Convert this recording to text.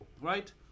right